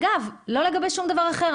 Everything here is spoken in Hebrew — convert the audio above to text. אגב, לא לגבי שום דבר אחר.